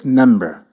number